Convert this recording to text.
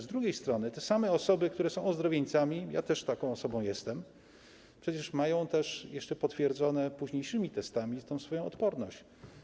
Z drugiej strony te same osoby, które są ozdrowieńcami, też taką osobą jestem, przecież mają jeszcze potwierdzone późniejszymi testami swoją odporność.